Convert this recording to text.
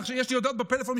יש לי הודעות בפלאפון,